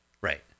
Right